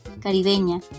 caribeña